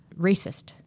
racist